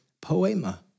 poema